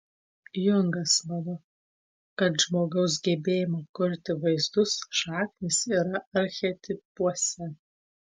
jungas mano kad žmogaus gebėjimo kurti vaizdus šaknys yra archetipuose